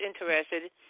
interested